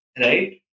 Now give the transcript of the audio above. right